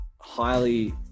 highly